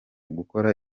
gukora